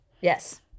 Yes